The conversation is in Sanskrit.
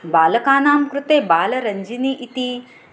बालकानां कृते बालरञ्जनी इति